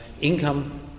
Income